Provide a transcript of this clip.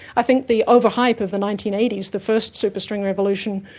i think the over-hype of the nineteen eighty s, the first super string revolution,